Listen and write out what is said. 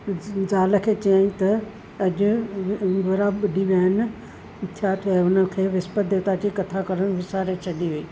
जाल खे चयईं त अॼु घुराब ॿुडी विया आहिनि छा थियो आहे हुनखे विस्पति देवता जी कथा करणु विसारे छ्ॾी हुई